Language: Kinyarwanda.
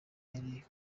yari